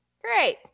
Great